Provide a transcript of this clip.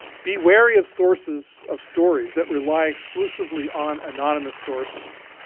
be wary of sources of stories that rely exclusively on anonymous sources.